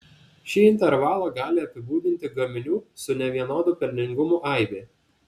šį intervalą gali apibūdinti gaminių su nevienodu pelningumu aibė